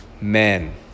men